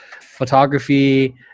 photography